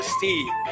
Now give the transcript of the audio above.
Steve